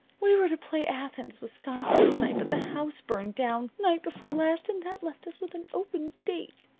we were to play athens, wisconsin, to-night, but the house burned down night before last, and that left us with an open date.